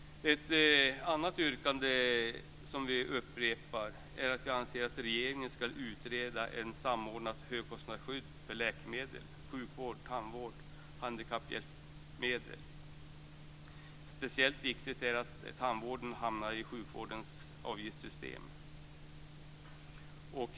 Ett annat yrkande som vi upprepar är att vi anser att regeringen skall utreda ett samordnat högkostnadsskydd för läkemedel, sjukvård, tandvård och handikapphjälpmedel. Speciellt viktigt är att tandvården hamnar i sjukvårdens avgiftssystem.